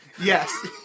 Yes